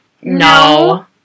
No